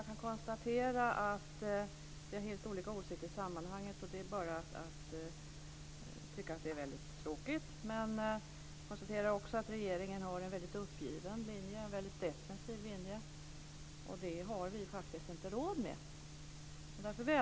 Fru talman!